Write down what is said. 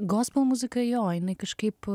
gospel muzika jo jinai kažkaip